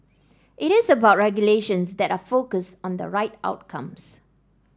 it is about regulations that are focused on the right outcomes